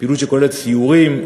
פעילות שכוללת סיורים,